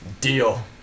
Deal